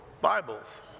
Bibles